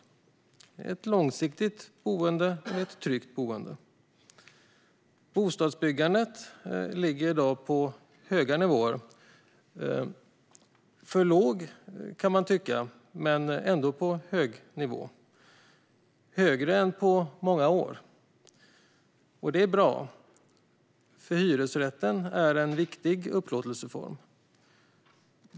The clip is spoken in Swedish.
Det är ett långsiktigt boende och ett tryggt boende. Bostadsbyggandet ligger i dag på en hög nivå. Man kan tycka att den är för låg, men det är ändå en hög nivå - högre än på många år. Detta är bra, för hyresrätten är en viktig upplåtelseform.